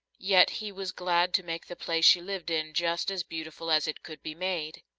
yet he was glad to make the place she lived in just as beautiful as it could be made.